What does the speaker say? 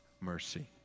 mercy